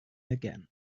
again